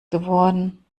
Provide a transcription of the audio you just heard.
geworden